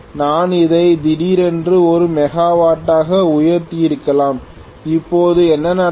நான் அதை திடீரென்று 1 மெகாவாட் டாக உயர்த்தியிருக்கலாம் இப்போது என்ன நடக்கும்